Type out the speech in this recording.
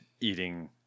eating